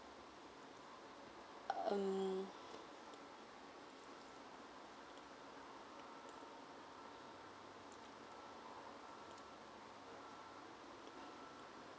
um